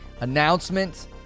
Announcement